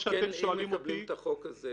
אם מקבלים את החוק הזה,